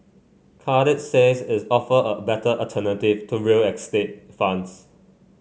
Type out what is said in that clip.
Cadre says its offer a better alternative to real estate funds